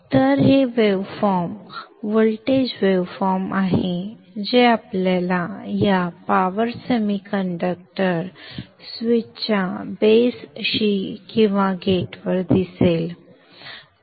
तर हे waveform voltage waveform आहे जे आपल्याला या पॉवर सेमीकंडक्टर स्विचच्या बेसशी किंवा गेटवर दिसेल